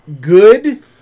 good